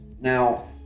Now